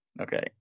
Okay